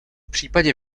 případě